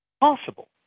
possible